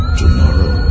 tomorrow